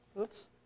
Oops